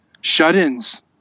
Shut-ins